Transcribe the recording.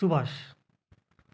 Subhash